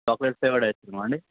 chocolate flavoured ice క్రీమా అండి